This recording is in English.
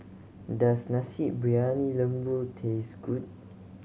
does Nasi Briyani Lembu taste good